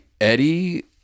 eddie